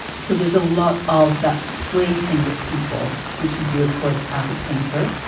so there's a lot of that placing of people, which you do, of course, as a painter.